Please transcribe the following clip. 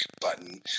button